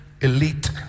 Elite